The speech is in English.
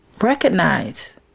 recognize